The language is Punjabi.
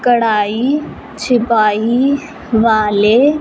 ਕਢਾਈ ਛਿਪਾਈ ਵਾਲੇ